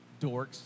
dorks